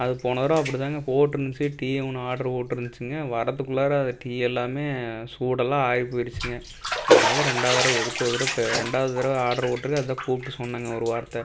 அது போன வாரம் அப்படி தாங்க போட்ருந்துச்சு டீ ஒன்று ஆர்ட்ரு போட்ருந்துச்சுங்க வரதுக்குள்ளாற அது டீ எல்லாமே சூடெல்லாம் ஆறி போயிடுச்சுங்க அதனால் தான் ரெண்டாவது தடவ எதுக்கும் ஒரு தடவ பே ரெண்டாவது தடவ ஆர்ட்ரு போட்ருக்கேன் அதான் கூப்பிட்டு சொன்னேங்க ஒரு வார்த்தை